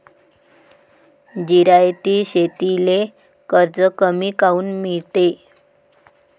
जिरायती शेतीले कर्ज कमी काऊन मिळते?